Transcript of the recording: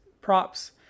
props